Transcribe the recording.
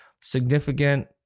significant